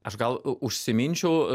aš gal užsiminčiau